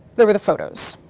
there were the photos.